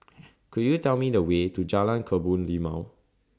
Could YOU Tell Me The Way to Jalan Kebun Limau